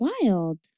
Wild